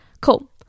Cool